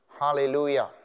Hallelujah